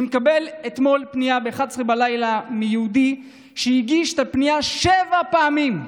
אני מקבל אתמול פנייה ב-23:00 מיהודי שהגיש את הפנייה שבע פעמים.